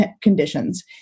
conditions